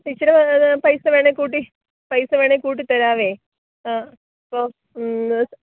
ആ ഇച്ചിരി പൈസ വേണേൽ കൂട്ടി പൈസ വേണേൽ കൂട്ടി തരാവേ ആ ഓ ഹമ്മ്